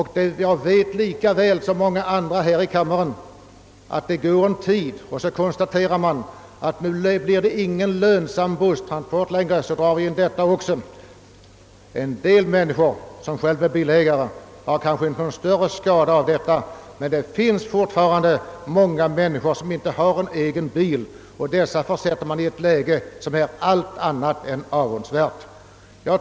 Men i likhet med många andra här i kammaren vet jag att det går en tid, och sedan konstaterar man att busslinjen inte längre är lönsam, varför den dras in även den. De människor som är bilägare får kanske inte några större nackdelar av detta, men andra har inte egen bil och de försättes i ett allt annat än avundsvärt läge.